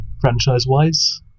Franchise-wise